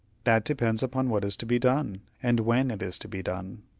that depends upon what is to be done, and when it is to be done.